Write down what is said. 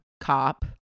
cop